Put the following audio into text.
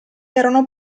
erano